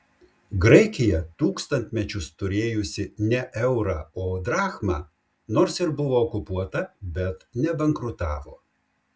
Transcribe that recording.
graikija tūkstantmečius turėjusi ne eurą o drachmą nors ir buvo okupuota bet nebankrutavo